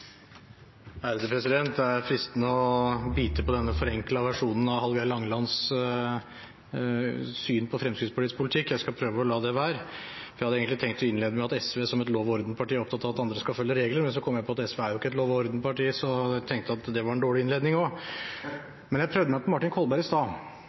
å bite på denne forenklede versjonen av Hallgeir H. Langelands syn på Fremskrittspartiets politikk. Jeg skal prøve å la det være. Jeg hadde egentlig tenkt å innlede med at SV, som et lov-og-orden-parti, er opptatt av at andre skal følge regler, men så kom jeg på at SV ikke er et lov-og-orden-parti, så jeg tenkte at det også var en dårlig innledning. Men jeg prøvde meg på Martin Kolberg i stad